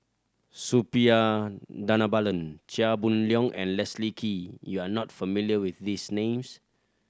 Suppiah Dhanabalan Chia Boon Leong and Leslie Kee you are not familiar with these names